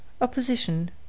Opposition